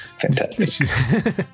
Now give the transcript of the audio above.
fantastic